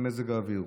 וזה מזג האוויר.